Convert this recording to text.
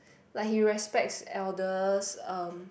like he respects elders um